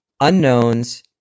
unknowns